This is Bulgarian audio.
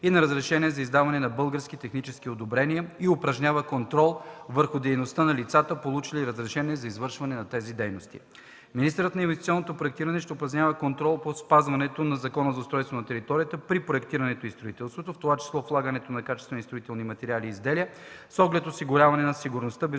и на разрешение за издаване на български технически одобрения, и упражнява контрол върху дейността на лицата, получили разрешения за извършване на тези дейности. Министърът на инвестиционното проектиране ще упражнява контрол по спазването на Закона за устройство на територията при проектирането и строителството, в това число влагането на качествени строителни материали и изделия с оглед осигуряването на сигурността, безопасността,